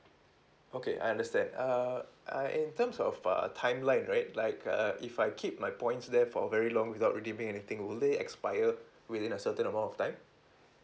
okay I understand uh uh in terms of err timeline right like err if I keep my points there for a very long without redeeming anything would they expire within a certain amount of time